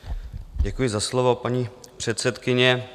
Děkuji za slovo, paní předsedkyně.